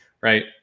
right